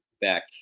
back